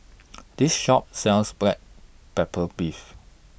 This Shop sells Black Pepper Beef